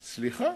סליחה,